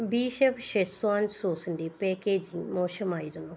Bchef Schezwan സോസിന്റെ packaging മോശമായിരുന്നു